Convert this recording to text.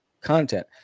content